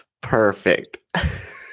Perfect